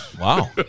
Wow